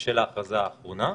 של ההכרזה האחרונה.